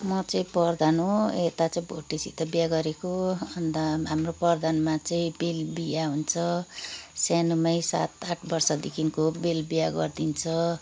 म चाहिँ प्रधान हो यता चाहिँ भोटेसित बिहा गरेको अन्त हाम्रो प्रधानमा चाहिँ बेल बिहा हुन्छ सानामै सात आठ बर्षदेखिको बेल बिहा गरिदिन्छ